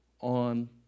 on